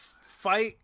fight